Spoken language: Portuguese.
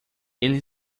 ele